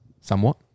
Somewhat